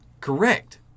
Correct